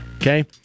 Okay